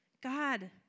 God